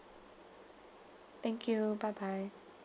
thank you bye bye